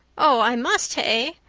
oh, i must, hey?